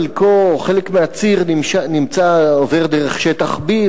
חלק מהציר עובר דרך שטח B,